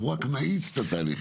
אנחנו רק נאיץ את התהליכים.